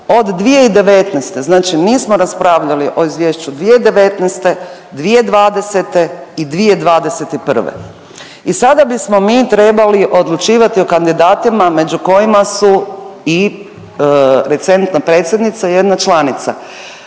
od 2019., znači nismo raspravljali o izvješću 2019., 2020. i 2021. i sada bismo mi trebali odlučivati o kandidatima među kojima su i recentna predsjednica i jedna članica